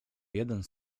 jeden